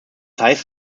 heißt